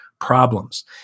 problems